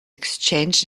exchanged